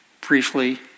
briefly